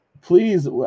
Please